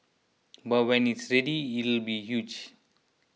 but when it's ready it'll be huge